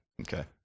okay